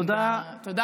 תודה.